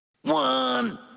one